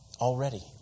Already